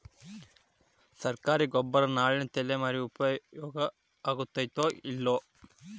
ಸರ್ಕಾರಿ ಗೊಬ್ಬರ ನಾಳಿನ ತಲೆಮಾರಿಗೆ ಉಪಯೋಗ ಆಗತೈತೋ, ಇಲ್ಲೋ?